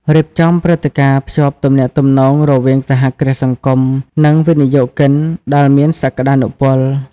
រៀបចំព្រឹត្តិការណ៍ភ្ជាប់ទំនាក់ទំនង រវាងសហគ្រាសសង្គម និងវិនិយោគិនដែលមានសក្តានុពល ។